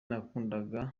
nakundaga